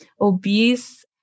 obese